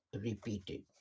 repeated